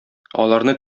аларны